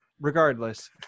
regardless